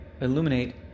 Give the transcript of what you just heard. illuminate